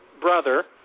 brother